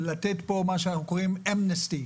לתת כאן מה שאנחנו קוראים אמנסטי.